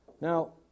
Now